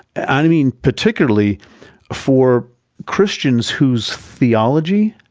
and mean, particularly for christians whose theology,